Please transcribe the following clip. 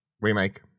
Remake